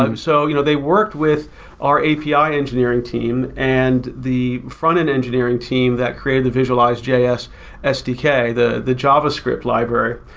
um so you know they worked with our api engineering team and the front-end engineering team that created the visualize js sdk, the the javascript library,